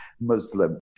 Muslim